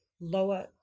lower